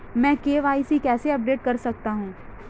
मैं के.वाई.सी कैसे अपडेट कर सकता हूं?